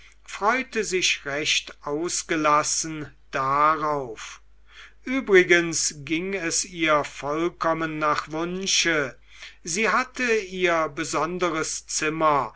freute sich recht ausgelassen darauf übrigens ging es ihr vollkommen nach wunsche sie hatte ihr besonderes zimmer